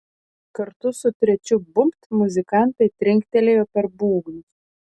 kartu su trečiu bumbt muzikantai trinktelėjo per būgnus